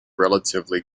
relatively